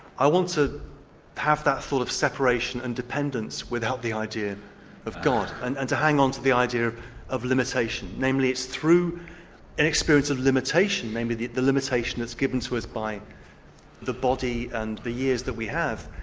i want to have that sort of separation and dependence without the idea of god, and and to hang on to the idea of limitation, namely, it's through an experience of limitation and the the limitation that's given to us by the body and the years that we have,